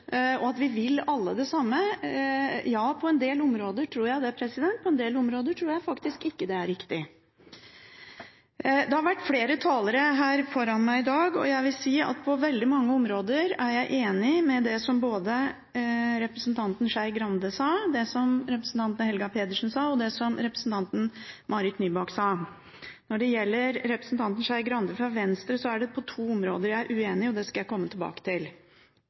og at vi alle vil det samme. Ja, på en del områder tror jeg det er riktig, på en del andre tror jeg faktisk ikke det. Det har vært flere talere før meg i dag, og jeg vil si at på veldig mange områder er jeg enig i det som både representanten Skei Grande sa, det som representanten Helga Pedersen sa, og det som representanten Marit Nybakk sa. Når det gjelder det representanten Skei Grande fra Venstre sa, er det to områder der jeg er uenig, og det skal jeg komme tilbake til.